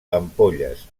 ampolles